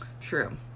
True